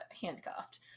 handcuffed